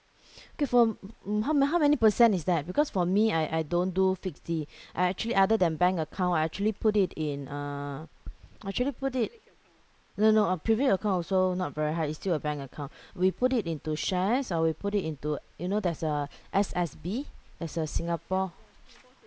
K for mm how man~ how many percent is that because for me I I don't do fixed D I actually other than bank account I actually put it in uh I actually put it no no a privilege account also not very high it's still a bank account we put it into shares or we put it into you know there's a S_S_B there's a Singapore